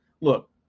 Look